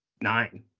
nine